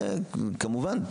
כמובן,